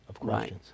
Right